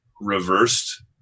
reversed